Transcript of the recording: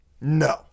No